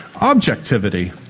objectivity